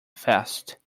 fast